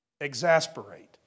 Exasperate